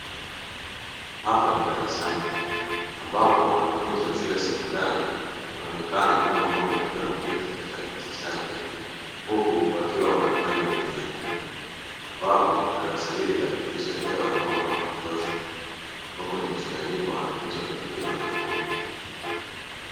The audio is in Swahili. Hapa ni darasani ambapo wanafunzi wa shule ya sekondari wanaonekana kila mmoja akiwa ameketi katika kiti chake huku wakiwa wanafanya mtihani ambapo darasa hili linapitisha hewa na mwanga wa kutosha ambapo ni mchanganyiko wa wanafunzi wa kike na wa kiume.